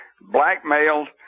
blackmailed